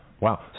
Wow